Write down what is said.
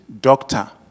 doctor